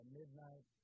midnight